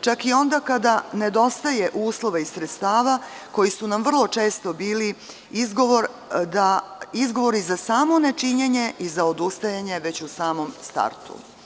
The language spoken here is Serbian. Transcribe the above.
čak i onda kada nedostaje uslova i sredstava koji su nam vrlo često bili izgovori za samo nečinjenje i za odustajanje u samom startu.